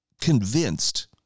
convinced